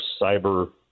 cyber